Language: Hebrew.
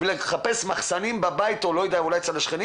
ולחפש מחסנים בבית או אולי אצל השכנים